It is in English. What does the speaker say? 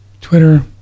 Twitter